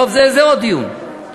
טוב, זה עוד דיון.